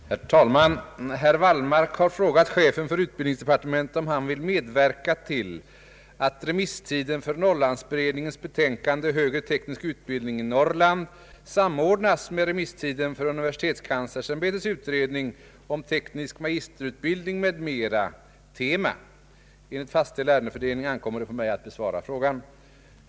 Herr talman! Herr Wallmark har frågat chefen för utbildningsdepartementet om han vill medverka till att remisstiden för Norrlandsberedningens betänkande Högre teknisk utbildning i Norrland samordnas med remisstiden för universitetskanslersämbetets utredning om teknisk magisterutbildning m.m., ”TEMA”. Enligt fastställd ärendefördelning ankommer det på mig att besvara frågan.